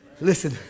Listen